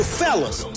fellas